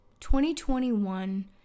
2021